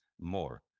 more